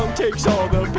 um takes all the